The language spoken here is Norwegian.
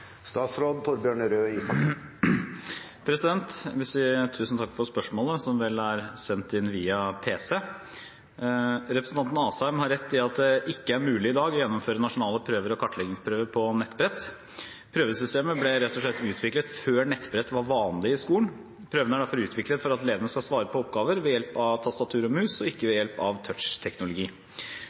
Jeg vil si tusen takk for spørsmålet, som vel er sendt inn via pc. Representanten Asheim har rett i at det i dag ikke er mulig å gjennomføre nasjonale prøver og kartleggingsprøver på nettbrett. Prøvesystemet ble rett og slett utviklet før nettbrett var vanlig i skolen. Prøvene er derfor utviklet for at elevene skal svare på oppgaver ved hjelp av tastatur og mus, og ikke ved hjelp av